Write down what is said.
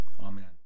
Amen